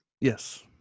Yes